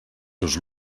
seus